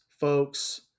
folks